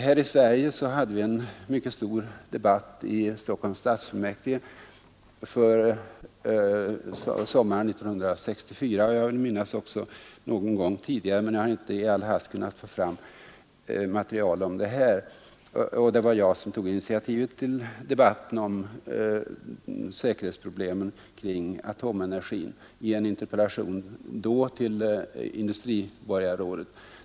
Här i Sverige hade vi emellertid en mycket stor debatt i Stockholms stadsfullmäktige sommaren 1964, och jag vill minnas också någon gång tidigare men jag har inte i all hast kunnat få fram material om detta. Det var jag som tog initiativet till debatten om säkerhetsproblemen kring atomenergin i en interpellation till dåvarande industriborgarrådet.